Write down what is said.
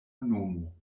nomo